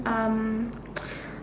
um